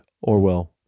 Orwell